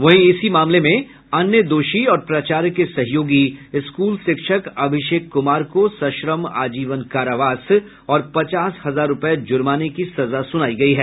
वहीं इस मामले में एक अन्य दोषी और प्राचार्य के सहयोगी स्कूल शिक्षक अभिषेक कुमार को सश्रम आजीवन कारावास और पचास हजार रूपये जुर्माने की सजा सुनायी गयी है